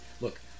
look